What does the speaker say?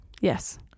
Yes